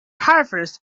harvest